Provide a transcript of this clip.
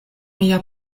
mia